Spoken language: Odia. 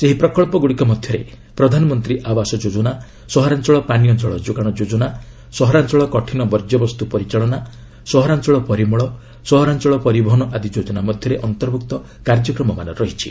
ସେହି ପ୍ରକଳ୍ପଗୁଡ଼ିକ ମଧ୍ୟରେ ପ୍ରଧାନମନ୍ତ୍ରୀ ଆବାସ ଯୋଜନା ସହରାଞ୍ଚଳ ପାନୀୟ ଜଳ ଯୋଗାଣ ଯୋଜନା ସହରାଞ୍ଚଳ କଠିନ ବର୍ଜ୍ୟବସ୍ତୁ ପରିଚାଳନା ସହରାଞ୍ଚଳ ପରିମଳ ସହରାଞ୍ଚଳ ପରିବହନ ଆଦି ଯୋଜନା ମଧ୍ୟରେ ଅନ୍ତର୍ଭୁକ୍ତ କାର୍ଯ୍ୟକ୍ରମମାନ ରହିଛି